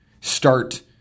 start